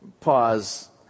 pause